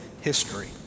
history